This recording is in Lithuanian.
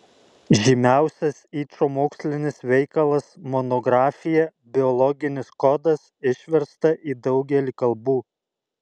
žymiausias yčo mokslinis veikalas monografija biologinis kodas išversta į daugelį kalbų